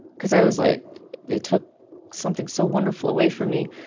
because i was like they took something so wonderful away from me.